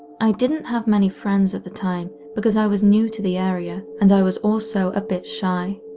i didn't have many friends at the time because i was new to the area, and i was also a bit shy.